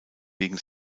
wegen